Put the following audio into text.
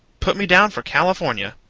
put me down for california.